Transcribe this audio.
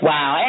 Wow